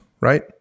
right